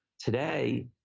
Today